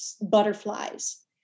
butterflies